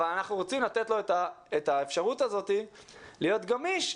אבל אנחנו רוצים לתת לו את האפשרות הזאת להיות גמיש,